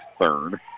third